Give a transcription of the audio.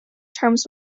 terms